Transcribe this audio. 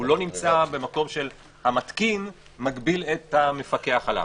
הוא לא נמצא במקום שהמתקין מגביל את המפקח עליו.